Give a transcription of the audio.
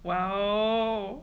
!wow!